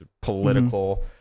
political